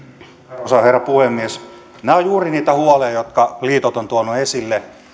arvoisa herra puhemies nämä ovat juuri niitä huolia jotka liitot ovat tuoneet esille